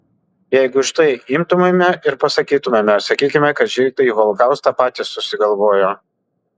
jeigu štai imtumėme ir pasakytumėme sakykime kad žydai holokaustą patys susigalvojo